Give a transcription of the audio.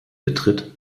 betritt